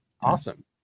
Awesome